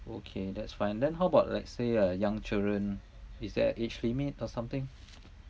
okay that's fine then how about let's say uh young children is there an age limit or something